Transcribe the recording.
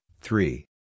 three